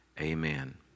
Amen